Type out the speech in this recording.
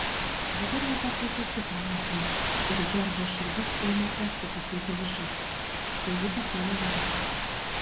dabar ji pakvietė kitą mokinį ir džordžo širdis ėmė pasiutusiai daužytis kai ji pakėlė galvą